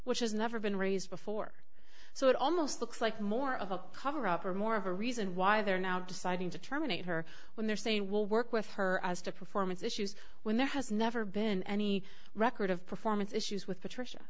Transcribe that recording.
which has never been raised before so it almost looks like more of a cover up or more of a reason why they're now deciding to terminate her when they're saying we'll work with her as to performance issues when there has never been any record of performance issues with patricia